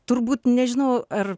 turbūt nežinau ar